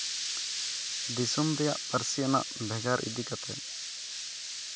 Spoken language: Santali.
ᱫᱤᱥᱚᱢ ᱨᱮᱱᱟᱜ ᱯᱟᱹᱨᱥᱤ ᱟᱱᱟᱜ ᱵᱷᱮᱜᱟᱨ ᱤᱫᱤ ᱠᱟᱛᱮᱫ